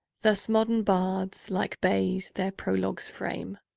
thus modern bards, like bays, their prologues frame,